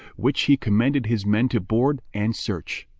which he commended his men to board and search.